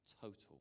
total